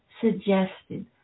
suggested